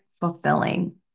fulfilling